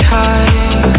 time